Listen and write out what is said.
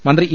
മന്ത്രി ഇ